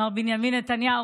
מר בנימין נתניהו,